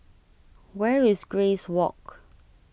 where is Grace Walk